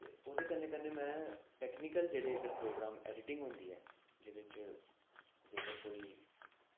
ओह्दे कन्नै कन्नै मैं टैक्नीकल जेह्ड़े इद्धर प्रोग्राम अडिटिंग होंदी ऐ जेह्दे च जेकर कोई